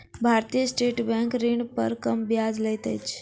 भारतीय state bank ऋण पर कम ब्याज लैत अछि